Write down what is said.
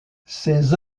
ses